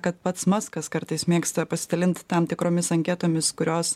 kad pats maskas kartais mėgsta pasidalint tam tikromis anketomis kurios